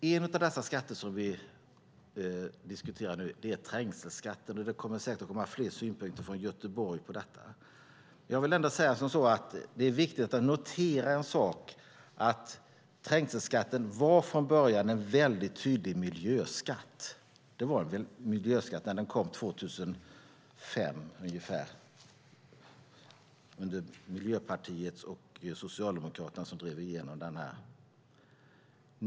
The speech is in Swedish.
En av de skatter vi diskuterar är trängselskatten. Det kommer säkert att komma fler synpunkter från Göteborg på detta. Jag vill ändå säga som så att det är viktigt att notera en sak. Trängselskatten var från början en mycket tydlig miljöskatt. Det var en miljöskatt när den kom 2005, ungefär. Det var Miljöpartiet och Socialdemokraterna som drev igenom den.